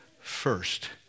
first